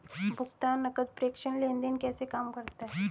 भुगतान नकद प्रेषण लेनदेन कैसे काम करता है?